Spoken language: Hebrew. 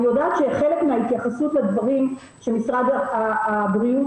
אני יודעת שחלק מההתייחסות לדברים שמשרד הבריאות